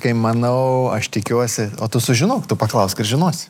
kai manau aš tikiuosi o tu sužinok tu paklausk ir žinosi